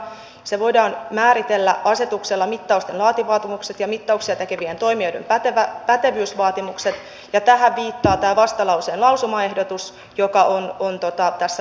se voidaan tehdä määrittelemällä asetuksella mittausten laatuvaatimukset ja mittauksia tekevien toimijoiden pätevyysvaatimukset ja tähän viittaa tämä vastalauseen lausumaehdotus joka on tässä vastalauseessa merkattuna